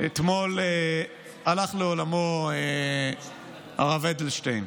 אתמול הלך לעולמו הרב אדלשטיין,